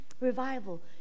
revival